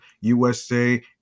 USA